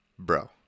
Bro